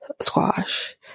squash